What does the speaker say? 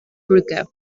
brücke